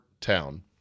town